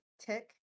tick